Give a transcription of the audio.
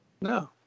No